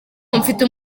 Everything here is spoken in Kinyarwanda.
mfite